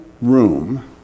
room